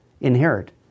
inherit